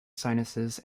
sinuses